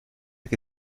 que